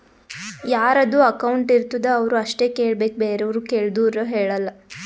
ಯಾರದು ಅಕೌಂಟ್ ಇರ್ತುದ್ ಅವ್ರು ಅಷ್ಟೇ ಕೇಳ್ಬೇಕ್ ಬೇರೆವ್ರು ಕೇಳ್ದೂರ್ ಹೇಳಲ್ಲ